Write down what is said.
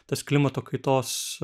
tas klimato kaitos